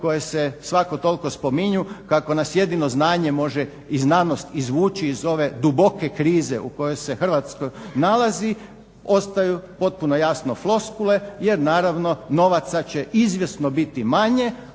koje se svako toliko spominju kako nas jedino znanje može i znanost izvući iz ove duboke krize u kojoj se Hrvatska nalazi ostaju potpuno jasno floskule jer naravno novaca će izvjesno biti manje,